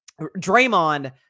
Draymond